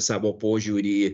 savo požiūrį